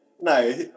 No